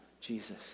Jesus